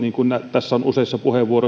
tässä on useissa puheenvuoroissa todettu